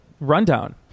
rundown